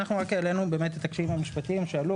אנחנו רק העלינו באמת את הקשיים המשפטיים שעלו